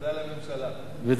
תודה רבה.